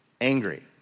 angry